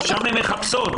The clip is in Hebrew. שם הן מחפשות.